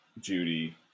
Judy